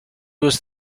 was